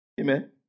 Amen